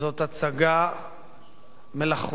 זאת הצגה מלאכותית,